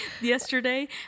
yesterday